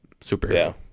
superhero